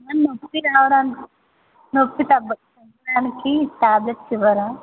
ma'am నొప్పి రావడానికి నొప్పి తగ్గడానికి టాబ్లెట్స్ ఇవ్వరా